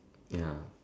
ya